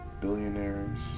billionaires